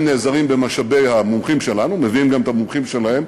הם נעזרים במשאבי המומחים שלנו ומביאים גם את המומחים שלהם,